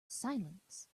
silence